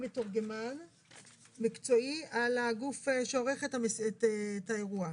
מתורגמן מקצועי על הגוף שעורך את האירוע,